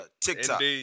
TikTok